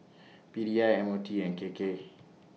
P D I M O T and K K